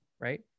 right